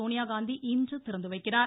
சோனியா காந்தி இன்று திறந்து வைக்கிறார்